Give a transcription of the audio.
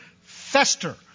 fester